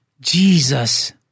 Jesus